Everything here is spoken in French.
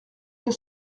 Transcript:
deux